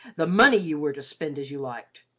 the money you were to spend as you liked.